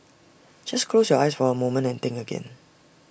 just close your eyes for A moment and think again